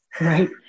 Right